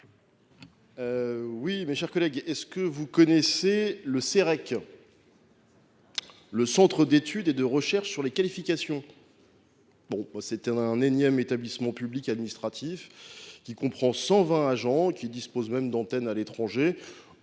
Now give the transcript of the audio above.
Durox. Mes chers collègues, connaissez vous le Cereq, le Centre d’études et de recherches sur les qualifications ? C’est un énième établissement public administratif, qui comprend 120 agents et qui dispose même d’antennes à l’étranger.